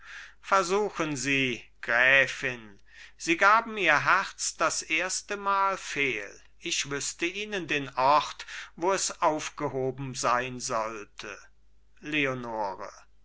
versuchen sie gräfin sie gaben ihr herz das erstemal fehl ich wüßte ihnen den ort wo es aufgehoben sein sollte leonore